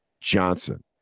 Johnson